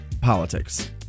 politics